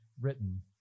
written